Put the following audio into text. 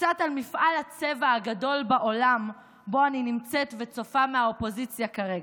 קצת על מפעל הצבע הגדול בעולם שבו אני נמצאת וצופה מהאופוזיציה כרגע: